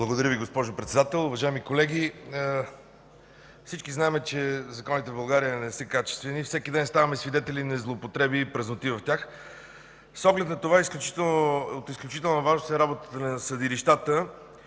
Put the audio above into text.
Благодаря Ви, госпожо Председател. Уважаеми колеги, всички знаем, че законите в България не са качествени и всеки ден ставаме свидетели на злоупотреби и празноти в тях. С оглед на това от изключителна важност е работата на съдилищата.